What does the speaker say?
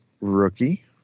Rookie